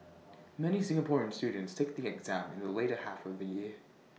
many Singaporean students take the exam in the later half of the year